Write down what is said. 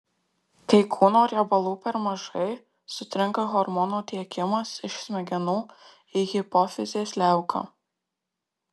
kai kūno riebalų per mažai sutrinka hormonų tiekimas iš smegenų į hipofizės liauką